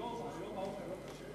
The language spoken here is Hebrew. היום האוכל לא כשר?